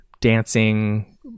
dancing